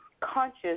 conscious